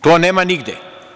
To nema nigde.